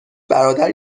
برادر